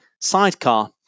sidecar